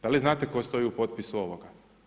Da li znate tko stoji u potpisu ovoga?